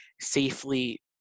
safely